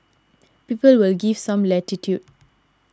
people will give some latitude